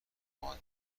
اومدم